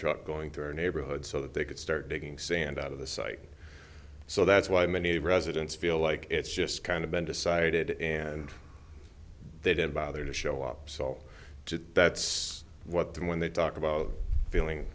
truck going through our neighborhood so that they could start digging sand out of the site so that's why many residents feel like it's just kind of been decided and they didn't bother to show up so that's what them when they talk about feeling